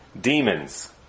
demons